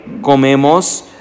comemos